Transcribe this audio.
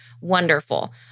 wonderful